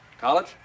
College